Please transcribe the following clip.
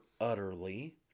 utterly